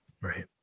Right